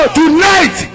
tonight